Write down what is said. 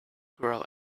grow